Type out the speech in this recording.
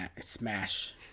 smash